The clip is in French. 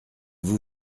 vous